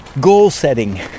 goal-setting